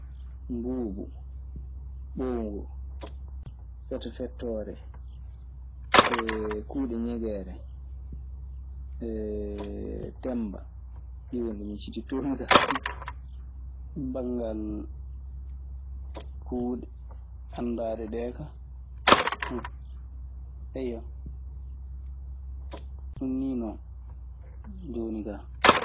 Ɓuubu, ɓowngu, fetofettoore e kuuɗe ñegeere e temmba. Ɗii woni ɗi micititoomi. Banngal kuuɗe anndaaɗe ɗee ka... Ɗun nii non jooni kaa.